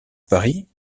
paris